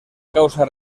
causa